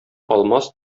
алмаз